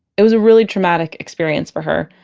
it was a really traumatic experience for her,